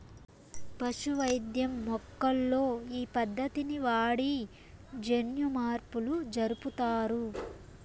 పశు వైద్యం మొక్కల్లో ఈ పద్దతిని వాడి జన్యుమార్పులు జరుపుతారు